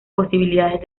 posibilidades